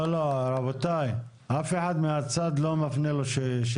לא, לא, רבותיי, אף אחד מהצד לא מפנה לו שאלות.